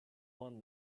won